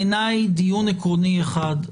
בעיניי, דיון עקרוני אחד.